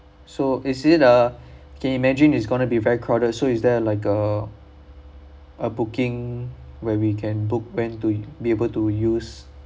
so is it uh can imagine is going to be very crowded so is there like uh a booking where we can book when to be able to use